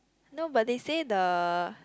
no but they said the